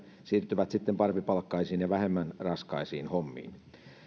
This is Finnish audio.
siirtyvät sitten parempipalkkaisiin ja vähemmän raskaisiin hommiin